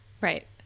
Right